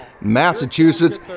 Massachusetts